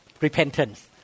repentance